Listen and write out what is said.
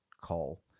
call